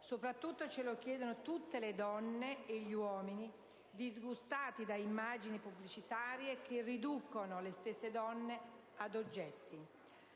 Soprattutto ce lo chiedono tutte le dorme e gli uomini, disgustati da immagini pubblicitarie che riducono le stesse donne ad oggetti;